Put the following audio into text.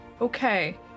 Okay